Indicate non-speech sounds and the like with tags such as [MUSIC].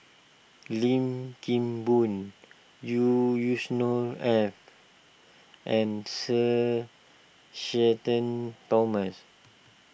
Lim Kim Boon [UNINTELLIGIBLE] Yusnor Ef and Sir Shenton Thomas